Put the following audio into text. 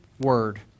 word